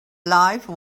life